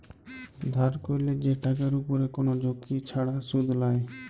ধার ক্যরলে যে টাকার উপরে কোন ঝুঁকি ছাড়া শুধ লায়